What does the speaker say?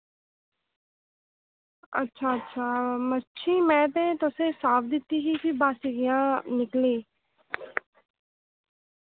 अच्छा अच्छा मच्छी में ते तुसेंगी साफ दित्ती ही फ्ही बासी कि'यां निकली